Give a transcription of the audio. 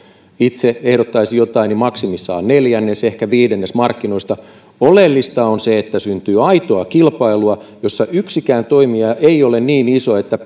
itse ehdottaisin jotain niin maksimissaan neljännes ehkä viidennes markkinoista oleellista on se että syntyy aitoa kilpailua jossa yksikään toimija ei ole niin iso että